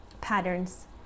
patterns